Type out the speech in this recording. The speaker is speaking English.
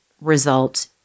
result